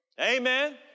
Amen